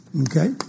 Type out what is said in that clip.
Okay